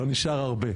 כבר לא נשאר הרבה,